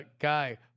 guy